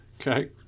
okay